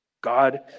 God